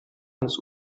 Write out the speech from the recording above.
ans